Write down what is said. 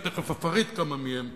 ותיכף אפרט כמה מהם,